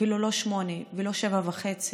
אפילו לא שמונה ולא שבע וחצי,